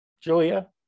Julia